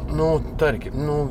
nu tarkim nu